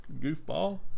goofball